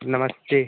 नमस्ते